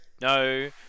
no